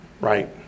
Right